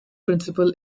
principal